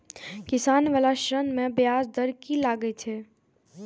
किसान बाला ऋण में ब्याज दर कि लागै छै?